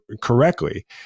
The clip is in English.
correctly